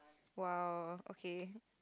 !wow! okay